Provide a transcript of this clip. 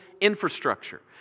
infrastructure